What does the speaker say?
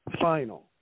final